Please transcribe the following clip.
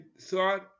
thought